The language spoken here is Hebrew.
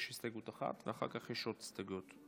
יש הסתייגות אחת ואחר כך יש עוד הסתייגויות,